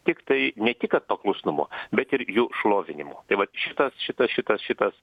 tiktai ne tik kad paklusnumo bet ir jų šlovinimo tai vat šitas šitas šitas šitas